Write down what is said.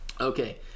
Okay